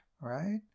right